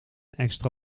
extra